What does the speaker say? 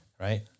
Right